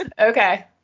Okay